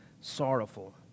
sorrowful